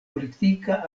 politika